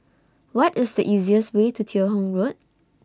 What IS The easiest Way to Teo Hong Road